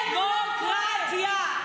דמוקרטיה.